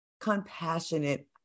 compassionate